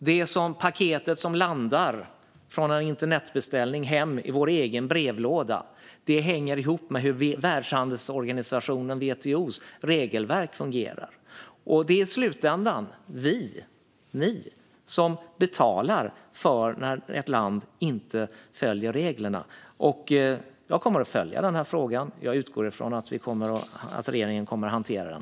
Det paket som efter en internetbeställning landar i vår brevlåda hemma hänger ihop med hur Världshandelsorganisationens, WTO:s, regelverk fungerar. I slutändan är det vi och ni som betalar för när ett land inte följer reglerna. Jag kommer att följa denna fråga. Jag utgår från att regeringen kommer att hantera den.